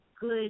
good